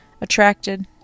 attracted